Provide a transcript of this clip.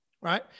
right